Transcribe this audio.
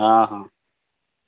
ହଁ ହଁ